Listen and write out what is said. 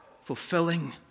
fulfilling